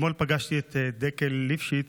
אתמול פגשתי את דקל ליפשיץ,